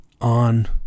on